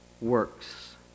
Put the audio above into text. works